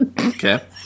Okay